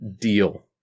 deal